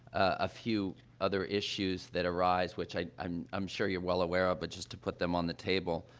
a few other issues that arise, which i i'm i'm sure you're well aware of but just to put them on the table.